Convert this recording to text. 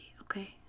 Okay